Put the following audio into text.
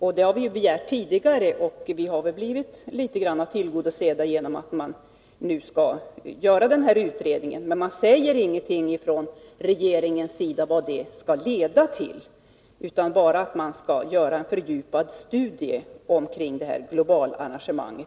Vi begärde en sådan utredning tidigare, och våra krav har blivit i viss mån tillgodosedda genom att en utredning nu skall göras, men regeringen säger ingenting om vad den skall leda till — bara att det skall göras en fördjupad studie kring ett globalarrangemang.